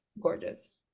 gorgeous